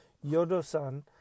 Yodo-san